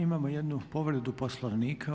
Imamo jednu povredu Poslovnika.